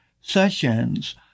sessions